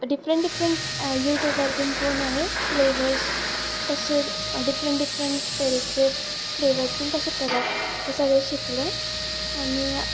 different different यू ट्यूबार बीन पळोवन हांवें फ्लेवर्स कशे डिफरंट डिफरंट तरेचे फ्लेवर्स बीन कशे करप हें सगळें शिकलें आनी